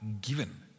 given